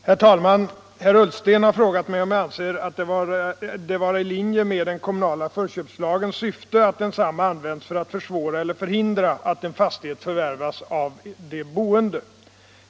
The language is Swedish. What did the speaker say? Herr talman! Herr Ullsten har frågat mig om jag anser det vara i linje med den kommunala förköpslagens syfte att densamma används för att försvåra eller förhindra att en fastighet förvärvas av de boende.